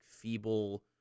feeble